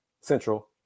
Central